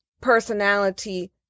personality